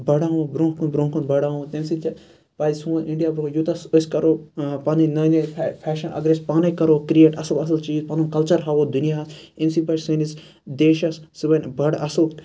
بَڑاوُن برونٛہہ کُن برونٛہہ کُن بَڑاوُن تمہِ سۭتۍ پَزِ سون اِنڈیا برونٛہہ یوٗتاہ أسۍ کَرَو پَنٕنۍ نٔے نٔے فیشَن اَگَر أسۍ پانے کَرَو کریٹ اَصل اَصل چیٖز پَنُن کَلچَر ہاوو دُنیَہَس ییٚمہِ سۭتۍ بَنہِ سٲنِس دیشَس سُہ بَنہِ بَڑٕ اَصل